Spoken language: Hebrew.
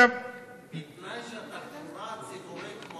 בתנאי שהתחבורה הציבורית,